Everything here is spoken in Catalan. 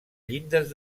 llindes